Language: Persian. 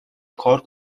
کار